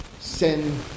sin